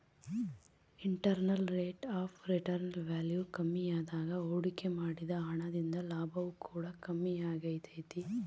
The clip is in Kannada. internal rate of return value ಕಮ್ಮಿಯಾದಾಗ ಹೂಡಿಕೆ ಮಾಡಿದ ಹಣ ದಿಂದ ಲಾಭವು ಕೂಡ ಕಮ್ಮಿಯಾಗೆ ತೈತೆ